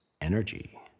energy